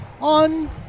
on